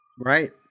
Right